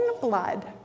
blood